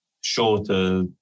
shorter